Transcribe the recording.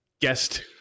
guest